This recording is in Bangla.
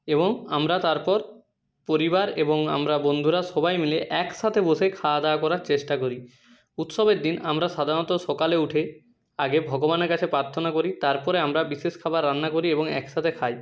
এবং আমরা তারপর পরিবার এবং আমরা বন্ধুরা সবাই মিলে একসাথে বসে খাওয়া দাওয়া করার চেষ্টা করি উৎসবের দিন আমরা সাধারণত সকালে উঠে আগে ভগবানের কাছে প্রার্থনা করি তার পরে আমরা বিশেষ খাবার রান্না করি এবং একসাথে খাই